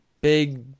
big